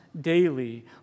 daily